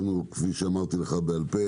כפי שאמרתי לך בעל-פה